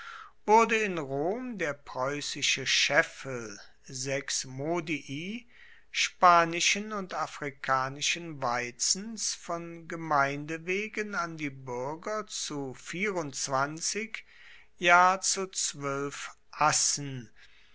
wurde in rom der preussische scheffel sechs modii spanischen und afrikanischen weizens von gemeinde wegen an die buerger zu ja zu assen